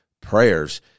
prayers